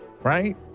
Right